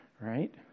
right